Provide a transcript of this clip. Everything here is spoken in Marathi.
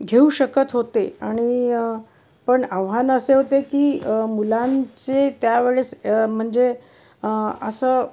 घेऊ शकत होते आणि पण आव्हान असे होते की मुलांचे त्यावेळेस म्हणजे असं